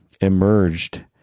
emerged